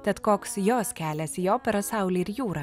tad koks jos kelias į operą saulė ir jūra